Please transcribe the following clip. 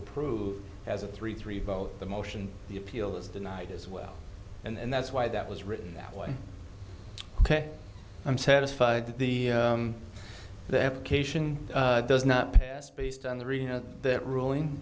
approve has a three three vote the motion the appeal is denied as well and that's why that was written that way i'm satisfied that the the application does not pass based on the reason that ruling